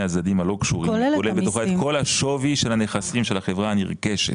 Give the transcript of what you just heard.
הצדדים הלא קשורים את כל השווי של הנכסים של החברה הנרכשת.